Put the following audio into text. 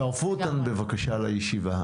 צרפו אותה בבקשה לישיבה,